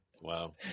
Wow